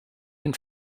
den